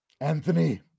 Anthony